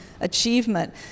achievement